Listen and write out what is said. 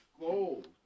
gold